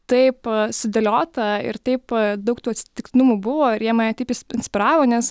taip sudėliota ir taip daug tų atsitiktinumų buvo ir jie mane taip inspiravo nes